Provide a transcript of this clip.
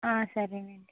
సరేనండి